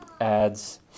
ads